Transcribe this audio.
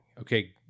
okay